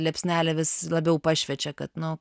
liepsnelė vis labiau pašviečia kad nu